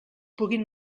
puguin